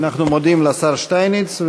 אנחנו מודים לשר שטייניץ.